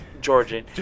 Georgian